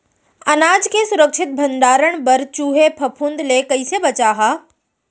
अनाज के सुरक्षित भण्डारण बर चूहे, फफूंद ले कैसे बचाहा?